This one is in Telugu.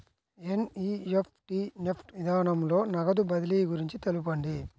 ఎన్.ఈ.ఎఫ్.టీ నెఫ్ట్ విధానంలో నగదు బదిలీ గురించి తెలుపండి?